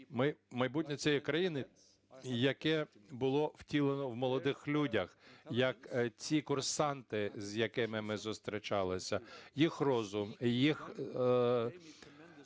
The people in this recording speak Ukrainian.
Майбутнє цієї країни, яке було втілено в молодих людях, як ці курсанти, з якими ми зустрічалися, їх розум, їх